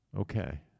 Okay